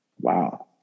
Wow